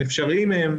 מענים אפשריים הם,